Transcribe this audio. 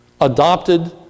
adopted